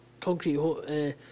concrete